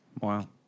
Wow